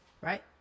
right